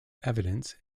evidence